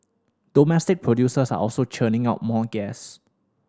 domestic producers are also churning out more gas